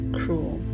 cruel